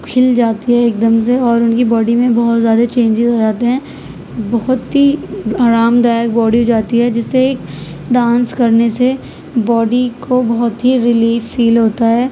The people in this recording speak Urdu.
کھل جاتی ہے ایک دم سے اور ان کی باڈی میں بہت زیادہ چینجز ہو جاتے ہیں بہت ہی آرام دائک باڈی ہو جاتی ہے جس سے ایک ڈانس کرنے سے باڈی کو بہت ہی رلیف فیل ہوتا ہے